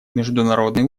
международные